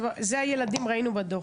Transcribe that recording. זה הילדים, ראינו בדוח.